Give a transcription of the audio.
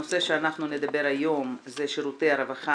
הנושא שאנחנו נדבר היום זה שירותי הרווחה